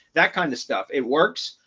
that kind of stuff. it works.